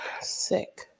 sick